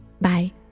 Bye